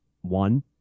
One